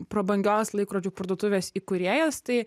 prabangios laikrodžių parduotuvės įkūrėjas tai